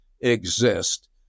exist